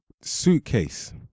suitcase